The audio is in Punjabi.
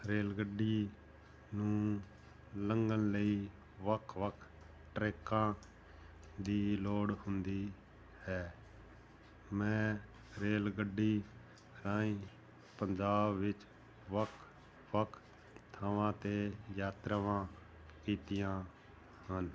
ਰੇਲ ਗੱਡੀ ਨੂੰ ਲੰਘਣ ਲਈ ਵੱਖ ਵੱਖ ਟਰੈਕਾਂ ਦੀ ਲੋੜ ਹੁੰਦੀ ਹੈ ਮੈਂ ਰੇਲ ਗੱਡੀ ਰਾਹੀਂ ਪੰਜਾਬ ਵਿੱਚ ਵੱਖ ਵੱਖ ਥਾਵਾਂ 'ਤੇ ਯਾਤਰਾਵਾਂ ਕੀਤੀਆਂ ਹਨ